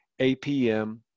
APM